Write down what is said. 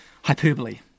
hyperbole